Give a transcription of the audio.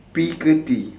P ke T